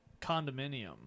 condominium